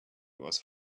was